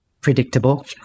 predictable